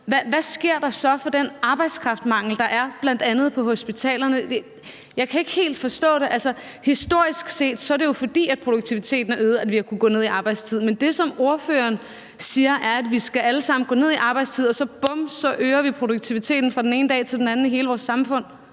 Hvad sker der så i forhold til den arbejdskraftmangel, der er, bl.a. på hospitalerne? Jeg kan ikke helt forstå det. Historisk set er det jo, fordi produktiviteten er øget, at vi har kunnet gå ned i arbejdstid. Men det, som ordføreren siger, er, at vi alle sammen skal gå ned i arbejdstid, og bum, så øger vi produktiviteten fra den ene dag til den anden i hele vores samfund.